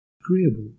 agreeable